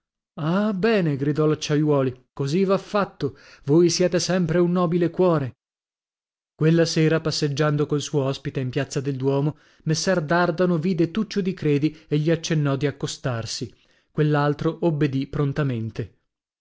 ah bene gridò l'acciaiuoli così va fatto voi siete sempre un nobile cuore quella sera passeggiando col suo ospite in piazza del duomo messer dardano vide tuccio di credi e gli accennò di accostarsi quell'altro obbedì prontamente